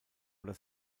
oder